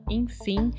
enfim